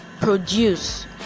produce